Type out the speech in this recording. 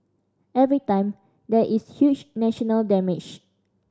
every time there is huge national damage